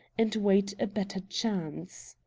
and wait a better chance.